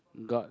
got